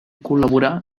col·laborà